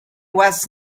was